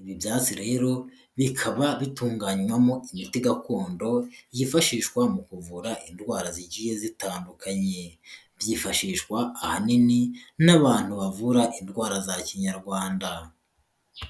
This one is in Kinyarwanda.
Ibi byatsi rero, bikaba bitunganywamo imiti gakondo, yifashishwa mu kuvura indwara zigiye zitandukanye. Byifashishwa ahanini, n'abantu bavura indwara za kinyarwanda.